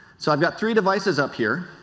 so i have got three devices up here.